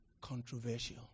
controversial